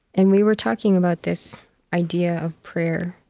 and we were talking about this idea of prayer.